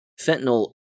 fentanyl